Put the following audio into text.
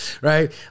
right